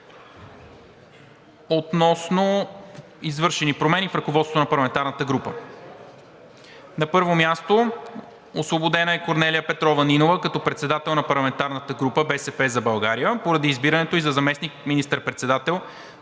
относно извършени промени в ръководството на парламентарната група: 1. Освободена е Корнелия Петрова Нинова като председател на парламентарната група на „БСП за България“ поради избирането ѝ за заместник министър-председател